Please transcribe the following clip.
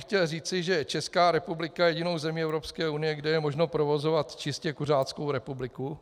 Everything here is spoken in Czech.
Chtěl bych říci, že Česká republika je jedinou zemí Evropské unie, kde je možno provozovat čistě kuřáckou restauraci.